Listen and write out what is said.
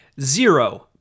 Zero